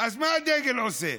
אז מה הדגל עושה?